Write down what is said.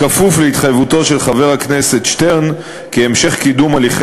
בכפוף להתחייבותו של חבר הכנסת שטרן שהמשך קידום הליכי